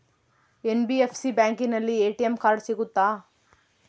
NBFC ಬ್ಯಾಂಕಿನಲ್ಲಿ ATM card ಸಿಗುತ್ತಾ?